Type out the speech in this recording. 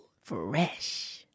Fresh